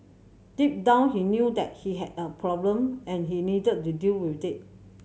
deep down he knew that he had a problem and he needed to deal with it